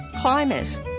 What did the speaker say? Climate